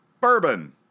Bourbon